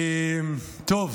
טוב,